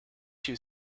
two